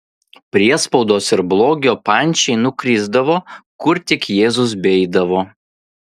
priespaudos ir blogio pančiai nukrisdavo kur tik jėzus beeidavo